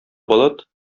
болыт